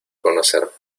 conocer